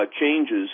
changes